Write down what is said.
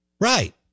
Right